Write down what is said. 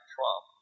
Trump